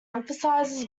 emphasizes